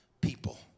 people